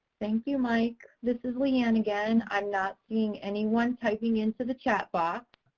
thank you, mike. this is leigh ann again. i'm not seeing anyone typing into the chat box,